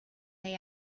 neu